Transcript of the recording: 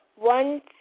One